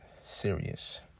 serious